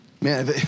Man